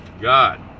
God